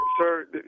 Sir